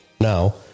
Now